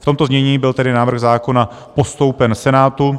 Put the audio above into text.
V tomto znění byl tedy návrh zákona postoupen Senátu.